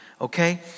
okay